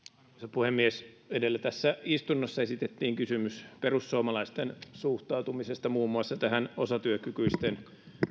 puhemies edellä tässä istunnossa esitettiin kysymys perussuomalaisten suhtautumisesta muun muassa tähän osatyökykyisten